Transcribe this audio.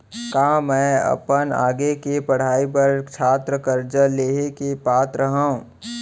का मै अपन आगे के पढ़ाई बर छात्र कर्जा लिहे के पात्र हव?